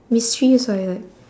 mysteries I like